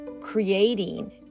creating